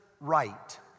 right